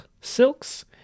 silks